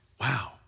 wow